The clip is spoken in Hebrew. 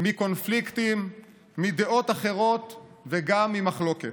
מקונפליקטים, מדעות אחרות וגם ממחלוקת.